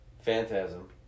Phantasm